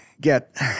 get